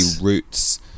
roots